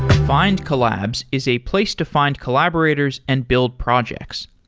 findcollabs is a place to find collaborators and build projects.